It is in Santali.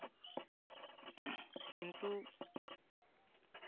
ᱠᱤᱱᱛᱩ